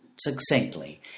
succinctly